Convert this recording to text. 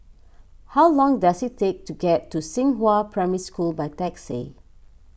how long does it take to get to Xinghua Primary School by taxi